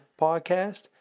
podcast